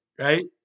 right